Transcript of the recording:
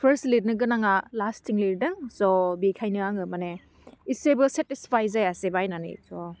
first लिरनो गोनाङा लास्टथिं लिरदों स' बेखायनो आङो माने एस्सेबो सेटिसफाइद जायासै बायनानै स'